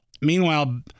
Meanwhile